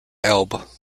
elbe